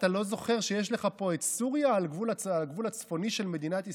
אתה לא זוכר שיש לך פה את סוריה על הגבול הצפוני של מדינת ישראל?